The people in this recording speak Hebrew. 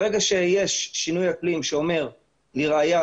לראיה,